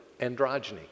androgyny